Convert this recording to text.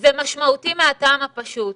זה משמעותי מהטעם הפשוט.